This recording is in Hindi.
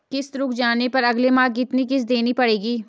किश्त रुक जाने पर अगले माह कितनी किश्त देनी पड़ेगी?